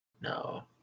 No